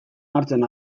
hartzen